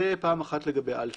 זה פעם אחת, לגבי (א).